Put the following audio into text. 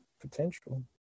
potential